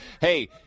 Hey